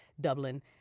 Dublin